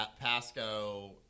Pasco